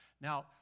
Now